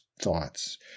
thoughts